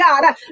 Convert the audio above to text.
God